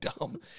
dumb